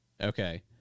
okay